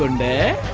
and bear